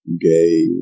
gay